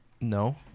no